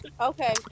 Okay